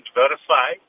verify